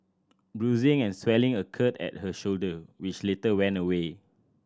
bruising and swelling occurred at her shoulder which later went away